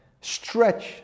stretch